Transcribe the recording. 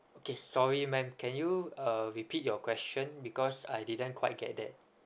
okay sorry mam can you uh repeat your question because I didn't quite get that